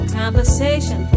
conversation